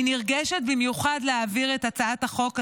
אני נרגשת במיוחד להעביר את הצעת החוק הזאת,